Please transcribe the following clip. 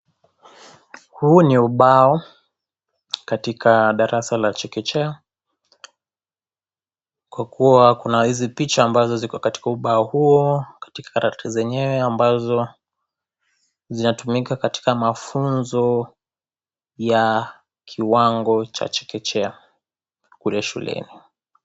Huu ni ubao katika darasa la chekechea, kwa kuwa kuna hizi picha ambazo ziko katika ubao huo katika karatasi zenyewe ambazo zinatumika katika mafunzo ya kiwango cha chekechea kule shuleni.